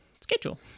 schedule